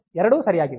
ಎರಡೂ ಸರಿಯಾಗಿವೆ